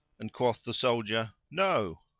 and quoth the soldier, no.